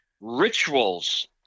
rituals